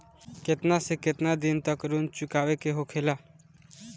केतना से केतना दिन तक ऋण चुकावे के होखेला?